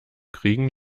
kriegen